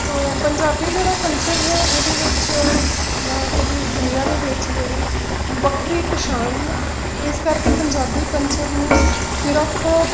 ਤਾਂ ਪੰਜਾਬੀ ਜਿਹੜਾ ਕਲਚਰ ਹੈ ਇਹਦੇ ਵਿੱਚ ਇਹਦੀ ਦੁਨੀਆ ਦੇ ਵਿੱਚ ਜਿਹੜੀ ਵੱਖਰੀ ਪਛਾਣ ਹੈ ਇਸ ਕਰਕੇ ਪੰਜਾਬੀ ਕਲਚਰ ਨੂੰ ਸ ਸਿਰਫ਼